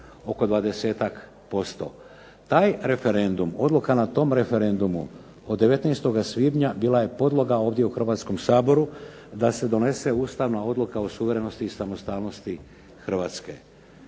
oko 20-ak%. Taj referendum, odluka na tom referendumu od 19. svibnja bila je podloga ovdje u Hrvatskom saboru da se donese ustavna odluka o suverenosti i samostalnosti Hrvatske.